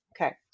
Okay